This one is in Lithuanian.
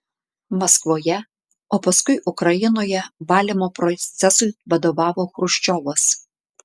maskvoje o paskui ukrainoje valymo procesui vadovavo chruščiovas